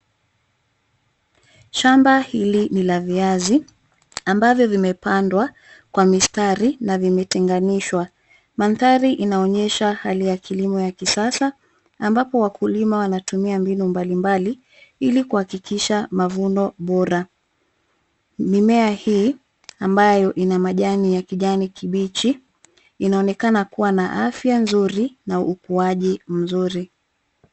Shamba hili ni la viazi ambavyo vimepandwa kwa mistari na vimetenganishwa. Mandhari inaonyesha hali ya kilimo ya kisasa ambapo wakulima wanatumia mbinu mbalimbali ili kuhakikisha mavuno bora. Mimea hii ambayo ina majani ya kijani kibichi inaonekana kuwa na afya nzuri na ukuwaji mzuri.